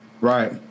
Right